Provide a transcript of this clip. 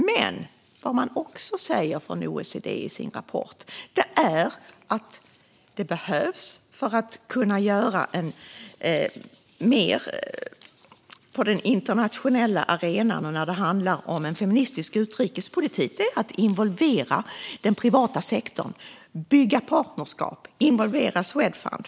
Men OECD säger också i sin rapport att för att kunna göra mer på den internationella arenan och när det handlar om feministisk utrikespolitik behöver man involvera den privata sektorn, bygga partnerskap och involvera Swedfund.